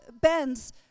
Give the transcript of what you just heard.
bends